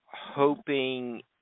Hoping